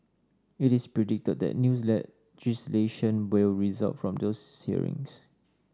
it is predicted that news legislation will result from these hearings